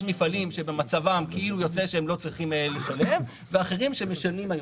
יש מפעלים שבמצבם כאילו יוצא שהם לא צריכים לשלם ואחרים שמשלמים היום.